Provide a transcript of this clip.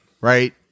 right